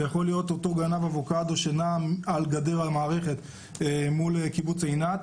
זה יכול להיות אותו גנב אבוקדו שנע על גדר המערכת מול קיבוץ עינת.